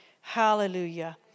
Hallelujah